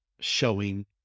showing